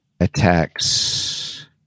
attacks